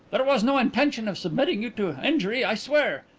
there was no intention of submitting you to injury, i swear.